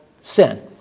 sin